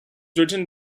written